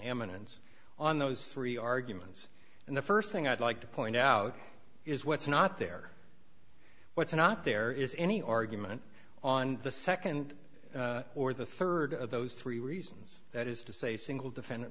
eminence on those three arguments and the first thing i'd like to point out is what's not there what's not there is any argument on the second or the third of those three reasons that is to say single defendant